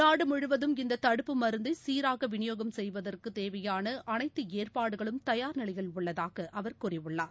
நாடுமுழுவதும் இந்ததடுப்பு மருந்தைசீராகவிநியோகம் செய்வதற்குதேவையானஅனைத்துஏற்பாடுகளும் தயார் நிலையில் உள்ளதாகஅவர் கூறியுள்ளார்